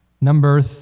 Number